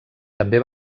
també